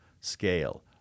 scale